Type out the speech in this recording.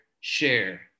share